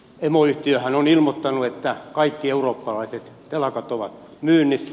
emoyhtiöhän on ilmoittanut että kaikki eurooppalaiset telakat ovat myynnissä